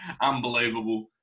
unbelievable